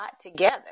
together